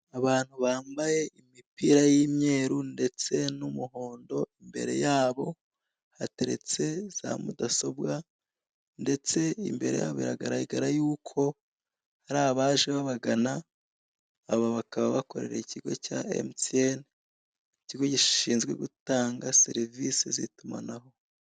Abantu bambaye imipira y'imyeru ndetse n'umuhondo, imbere yabo hateretse za mudasobwa, ndetse imbere yabo biragaragara yuko hari abaje babagana, aba bakaba bakorera ikigo cya Emutiyeni, ikigo gishinzwe gutanga serivisi z'itumanaho.